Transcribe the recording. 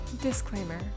Disclaimer